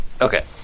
Okay